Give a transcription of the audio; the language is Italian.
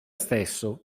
stesso